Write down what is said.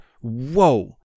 whoa